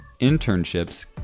Internships